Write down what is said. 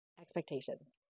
Expectations